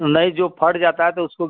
नहीं जो फट जाता है तो उसको